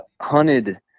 hunted